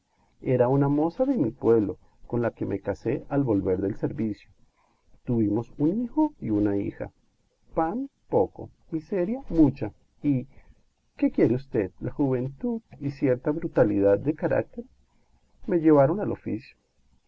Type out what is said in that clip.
era una moza de mi pueblo con la que casé al volver del servicio tuvimos un hijo y una hija pan poco miseria mucha y qué quiere usted la juventud y cierta brutalidad de carácter me llevaron al oficio